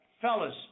fellas